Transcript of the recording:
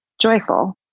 joyful